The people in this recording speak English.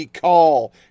call